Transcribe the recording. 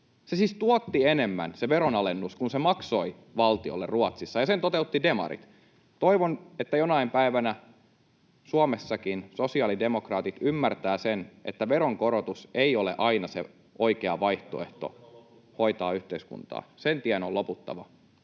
siis tuotti enemmän kuin se maksoi valtiolle Ruotsissa, ja sen toteuttivat demarit. Toivon, että jonain päivänä Suomessakin sosiaalidemokraatit ymmärtävät sen, että veronkorotus ei ole aina se oikea vaihtoehto hoitaa yhteiskuntaa. Sen tien on loputtava.